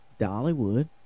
Dollywood